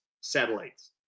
satellites